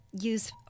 use